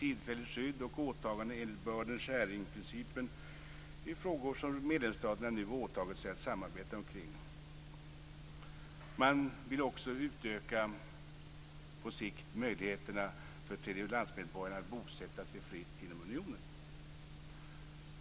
Tillfälligt skydd och åtaganden enligt principen om burden-sharing är frågor som medlemsstaterna nu har åtagit sig att samarbeta kring. Man vill också på sikt utöka möjligheterna för tredjelandsmedborgarna att bosätta sig fritt inom unionen.